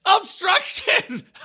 Obstruction